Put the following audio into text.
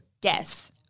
Guess